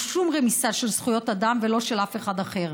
שום רמיסה של זכויות אדם ולא של אף אחד אחר.